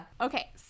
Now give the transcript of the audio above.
Okay